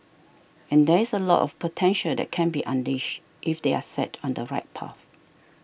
and there is a lot of potential that can be unleashed if they are set on the right path